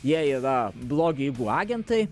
jie yra blogio jėgų agentai